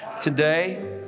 today